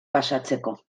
pasatzeko